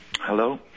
Hello